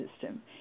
system